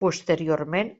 posteriorment